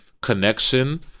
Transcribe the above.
connection